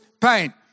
pain